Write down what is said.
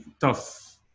tough